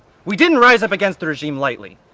we didn't rise up against the regime lightly!